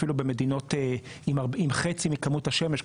אפילו במדינות עם חצי מכמות השמש,